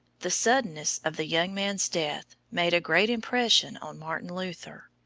the suddenness of the young man's death made a great impression on martin luther.